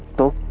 the